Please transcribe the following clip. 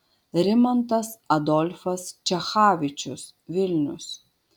rimantas adolfas čechavičius vilnius